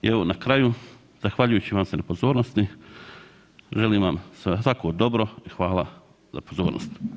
I evo na kraju, zahvaljujući vam se na pozornosti, želim vam svako dobro i hvala za pozornost.